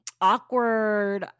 awkward